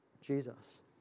Jesus